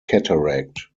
cataract